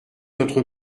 notre